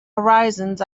horizons